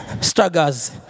Struggles